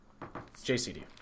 JCD